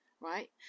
right